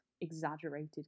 exaggerated